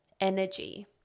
energy